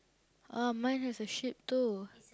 oh mine is a sheep too